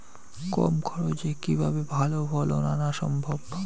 কম খরচে কিভাবে ভালো ফলন আনা সম্ভব?